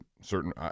certain